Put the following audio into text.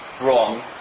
wrong